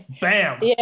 BAM